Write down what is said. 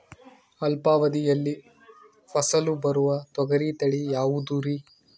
ಅಲ್ಪಾವಧಿಯಲ್ಲಿ ಫಸಲು ಬರುವ ತೊಗರಿ ತಳಿ ಯಾವುದುರಿ?